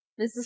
Mrs